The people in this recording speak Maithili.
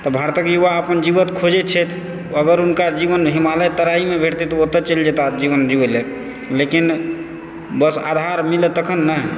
तऽ भारतक युवा अपन खोजैत छथि अगर हुनका जीवनमे हिमालय तराइमे भेटतै तऽ ओतऽ चलि जेता जीवन जीबै लए लेकिन बस आधार मिलऽ तखन नऽ